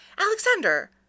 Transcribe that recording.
alexander